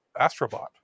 astrobot